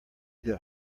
that